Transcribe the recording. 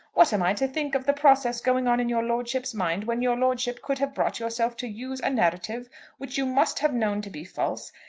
what am i to think of the process going on in your lordship's mind when your lordship could have brought yourself to use a narrative which you must have known to be false,